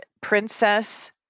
Princess